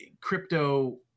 crypto